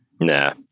Nah